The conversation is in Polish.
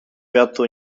wiatru